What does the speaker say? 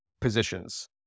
positions